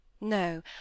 No